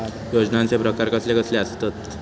योजनांचे प्रकार कसले कसले असतत?